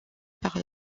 par